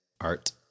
Art